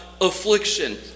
affliction